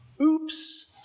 Oops